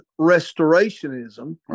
restorationism